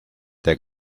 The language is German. der